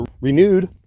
renewed